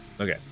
Okay